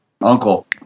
uncle